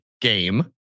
game